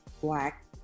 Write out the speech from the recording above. black